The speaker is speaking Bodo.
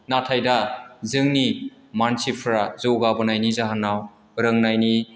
नाथाय दा जोंनि मानसिफोरा जौगाबोनायनि जाहोनाव रोंनायनि